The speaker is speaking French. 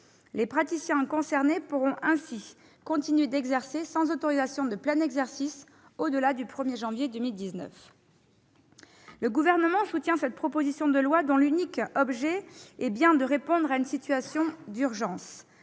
Les praticiens concernés pourront ainsi continuer d'exercer, sans autorisation de plein exercice, au-delà du 1 janvier prochain. Le Gouvernement soutient cette proposition de loi, dont l'unique objet est bien de répondre à une situation d'urgence.